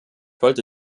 wollte